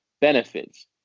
benefits